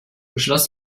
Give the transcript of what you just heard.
beschloss